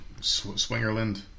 swingerland